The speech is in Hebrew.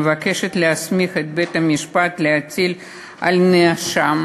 מבקשת להסמיך את בית-המשפט להטיל על נאשם